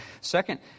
Second